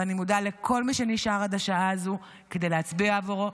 ואני מודה לכל מי שנשאר עד השעה הזו כדי להצביע עבורו.